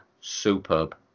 superb